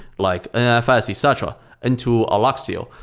like nfs, etc, into alluxio.